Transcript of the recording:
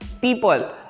People